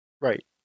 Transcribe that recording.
right